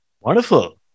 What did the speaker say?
Wonderful